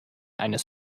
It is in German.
eines